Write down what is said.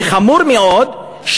וחמור מאוד,